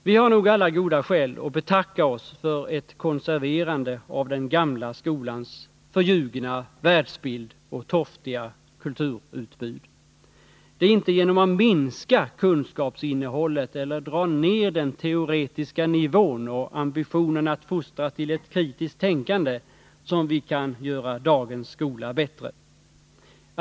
Vi har nog alla goda skäl att betacka oss för ett konserverande av den gamla skolans förljugna världsbild och torftiga kulturutbud. Det är inte genom att minska kunskapsinnehållet eller dra ned den teoretiska nivån och ambitionen att fostra till ett kritiskt tänkande som vi kan göra dagens skola bättre.